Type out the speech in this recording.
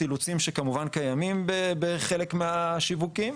אילוצים שכמובן קיימים בחלק מהשיווקים,